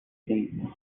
thing